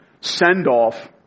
send-off